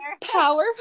powerful